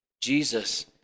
Jesus